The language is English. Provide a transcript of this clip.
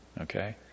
okay